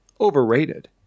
overrated